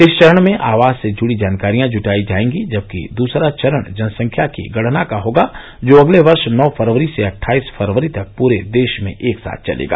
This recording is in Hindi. इस चरण में आवास से जुड़ी जानकारियां जुटाई जाएगी जबकि दसरा चरण जनसंख्या की गणना का होगा जो अगले वर्ष नौ फरवरी से अटठाईस फरवरी तक पूरे देश में एक साथ चलेगा